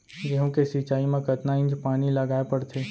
गेहूँ के सिंचाई मा कतना इंच पानी लगाए पड़थे?